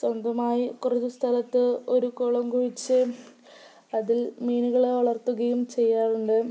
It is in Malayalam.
സ്വന്തമായി കുറച്ച് സ്ഥലത്ത് ഒരു കുളം കുഴിച്ച് അതിൽ മീനുകളെ വളർത്തുകയും ചെയ്യാറുണ്ട്